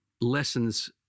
lessons